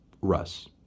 Russ